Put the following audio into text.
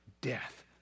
Death